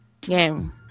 Game